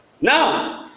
Now